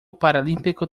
paralímpico